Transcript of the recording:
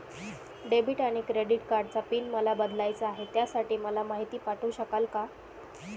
Debit आणि credit कार्डचा pin मला बदलायचा आहे, त्यासाठी मला माहिती पाठवू शकाल का?